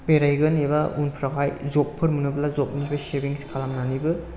बेरायगोन एबा उनफ्रावहाय जब फोर मोनोब्ला जब निफ्राय सेभिंग्स खालामनानैबो